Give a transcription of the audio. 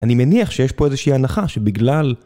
אני מניח שיש פה איזושהי הנחה שבגלל...